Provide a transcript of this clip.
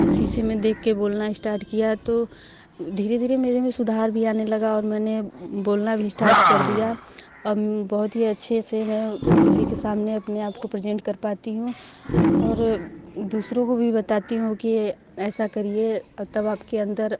शीशे में देख के बोलना स्टार्ट किया तो धीरे धीरे मेरे में सुधार भी आने लगा और मैंने बोलना भी स्टार्ट कर दिया अब बहुत ही अच्छे से मैं किसी के सामने अपने आप को प्रजेंट कर पाती हूँ और दूसरों को भी बताती हूँ कि ऐसा करिए तब आपके अंदर